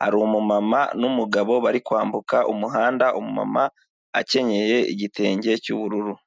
hari umumama n'umugabo bari kwambuka umuhanda umumama akenyeye igitenge cy'ubururu.